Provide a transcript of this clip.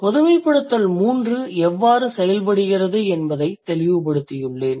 GEN 3 எவ்வாறு செயல்படுகிறது என்பதை தெளிவுபடுத்தியுள்ளேன்